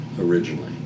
originally